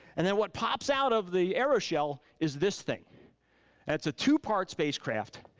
and then what pops out of the aeroshell is this thing. and it's a two-part spacecraft.